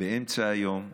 באמצע היום.